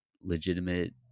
legitimate